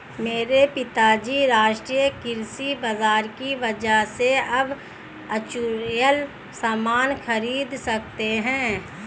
मेरे पिताजी राष्ट्रीय कृषि बाजार की वजह से अब वर्चुअल सामान खरीद सकते हैं